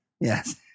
Yes